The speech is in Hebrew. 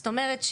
זאת אומרת,